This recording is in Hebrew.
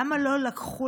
למה לא לקחו,